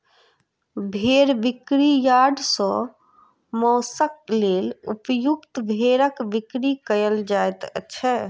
भेंड़ बिक्री यार्ड सॅ मौंसक लेल उपयुक्त भेंड़क बिक्री कयल जाइत छै